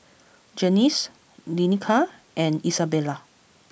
Janice Danica and Isabela